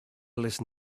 listen